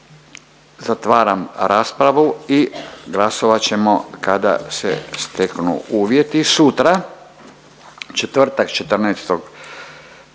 Zatvaram raspravu i glasovat ćemo kada se steknu uvjeti. Sutra, četvrtak 14. studenoga